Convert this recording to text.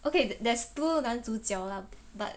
okay th~ there's two 男主角 lah but